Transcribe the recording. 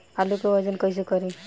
आलू के वजन कैसे करी?